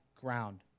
ground